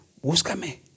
búscame